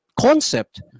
concept